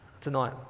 tonight